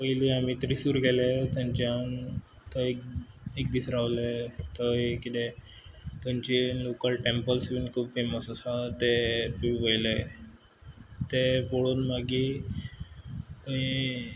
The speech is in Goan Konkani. पयली आमी त्रिसूर गेले थंयच्यान थंय एक एक दीस रावले थंय कितें थंयचीं लोकल टँपल्स बीन खूब फेमस आसा तें बी पयलें तें पोळोवन मागी थंय